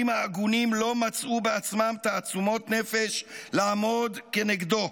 ההגונים לא מצאו בעצמם תעצומות נפש לעמוד כנגדו.